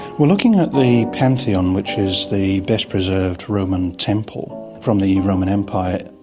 we're looking at the pantheon, which is the best preserved roman temple from the roman empire.